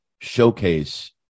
showcase